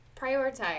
Prioritize